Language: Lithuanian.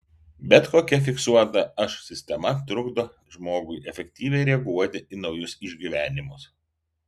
bet kokia fiksuota aš sistema trukdo žmogui efektyviai reaguoti į naujus išgyvenimus